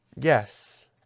yes